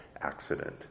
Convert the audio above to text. accident